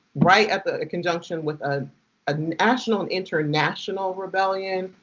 right at the conjunction with a ah national and international rebellion,